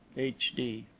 h. d.